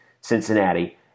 Cincinnati